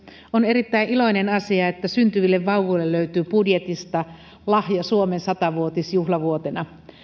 on erittäin iloinen asia että syntyville vauvoille löytyy budjetista lahja suomen sata vuotisjuhlavuotena